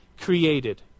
created